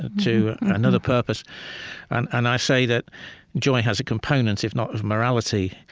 to another purpose and i say that joy has a component, if not of morality,